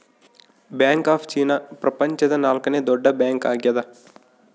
bank of China ಪ್ರಪಂಚದ ನಾಲ್ಕನೆ ದೊಡ್ಡ ಬ್ಯಾಂಕ್ ಆಗ್ಯದ